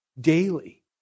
daily